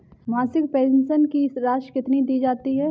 मासिक पेंशन की राशि कितनी दी जाती है?